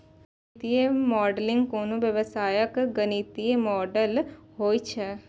वित्तीय मॉडलिंग कोनो व्यवसायक गणितीय मॉडल होइ छै